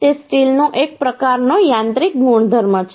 તે સ્ટીલનો એક પ્રકારનો યાંત્રિક ગુણધર્મો છે